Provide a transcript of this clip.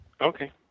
Okay